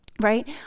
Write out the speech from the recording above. right